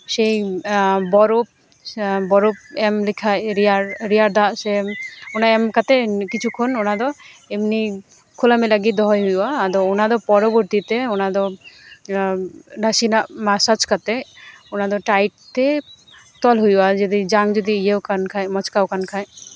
ᱥᱮᱭ ᱵᱚᱨᱚᱵᱽ ᱵᱚᱨᱚᱵᱽ ᱮᱢ ᱞᱮᱠᱷᱟᱡ ᱨᱮᱭᱟᱲ ᱨᱮᱭᱟᱲ ᱫᱟᱜ ᱥᱮ ᱚᱱᱟ ᱮᱢ ᱠᱟᱛᱮ ᱠᱤᱪᱷᱩ ᱠᱷᱚᱱ ᱚᱱᱟᱫᱚ ᱮᱢᱱᱤ ᱠᱷᱩᱞᱟ ᱢᱮᱞᱟᱜᱮ ᱫᱚᱦᱚᱭ ᱦᱩᱭᱩᱜᱼᱟ ᱟᱫᱚ ᱚᱱᱟᱫᱚ ᱯᱚᱨᱚᱵᱚᱨᱛᱤ ᱛᱮ ᱚᱱᱟᱫᱚ ᱱᱟᱥᱮᱱᱟᱜ ᱢᱟᱥᱟᱡᱽ ᱠᱟᱛᱮ ᱚᱱᱟᱫᱚ ᱴᱟᱭᱤᱴ ᱛᱮ ᱛᱚᱞ ᱦᱩᱭᱩᱜᱼᱟ ᱡᱟᱝ ᱡᱩᱫᱤ ᱤᱭᱟᱹᱣ ᱠᱟᱱ ᱠᱷᱟᱡ ᱢᱚᱪᱠᱟᱣ ᱠᱟᱱ ᱠᱷᱟᱡ